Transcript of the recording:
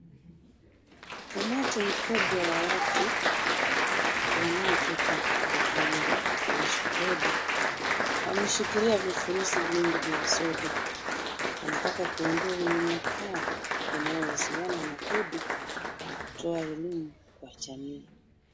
Umati mkubwa wa watu wanaobeba mabango kuhusu hedhi wameshikilia vifurushi vingi vya sodo. Wanataka kuondoa unyanyapaa unaohusiana na hedhi na kutoa elimu kwa jamii.